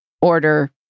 order